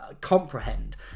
comprehend